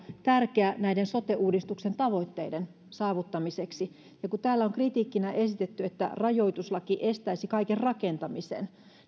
tärkeä näiden sote uudistuksen tavoitteiden saavuttamiseksi täällä on kritiikkinä esitetty että rajoituslaki estäisi kaiken rakentamisen